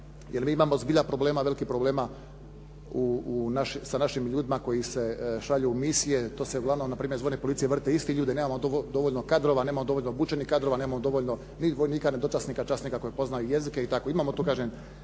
jer mi imamo zbilja velikih problema sa našim ljudima koji se šalju u misije. To se uglavnom na primjer iz vojne policije vrte isti ljudi, nemamo dovoljno kadrova, nemamo dovoljno obučenih kadrova, nemamo dovoljno niti vojnika ni dočasnika, časnika koji poznaju jezike i tako.